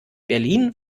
berlin